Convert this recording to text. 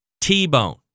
T-bone